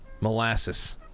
molasses